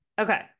okay